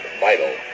vital